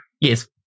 Yes